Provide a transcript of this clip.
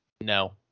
No